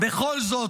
בכל זאת,